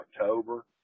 October